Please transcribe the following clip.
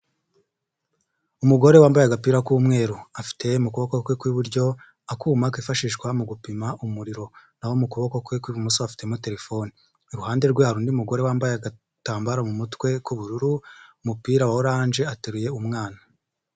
Umugore wambaye agapira k'umweru, afite mu kuboko kwe kw'iburyo, akuma kifashishwa mu gupima umuriro. Naho mu kuboko kwe kw'ibumoso afitemo telefone. Iruhande rwe hari undi mugore wambaye agatambaro mu mutwe k'ubururu, umupira wa oranje, ateruye umwana.